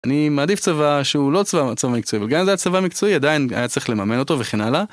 אני מעדיף צבא שהוא לא צבא מקצועי, אבל גם אם זה היה צבא מקצועי, עדיין היה צריך לממן אותו וכן הלאה.